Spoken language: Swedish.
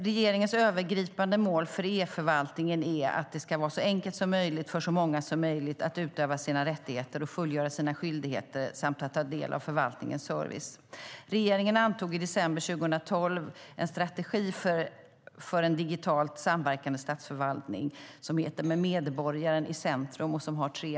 Regeringens övergripande mål för e-förvaltningen är att det ska vara så enkelt som möjligt för så många som möjligt att utöva sina rättigheter och fullgöra sina skyldigheter samt att ta del av förvaltningens service. Regeringen antog i december 2012 en strategi för en digitalt samverkande statsförvaltning som heter Med medborgaren i centrum . Strategin har tre mål.